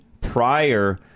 prior